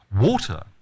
Water